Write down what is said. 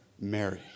Mary